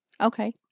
Okay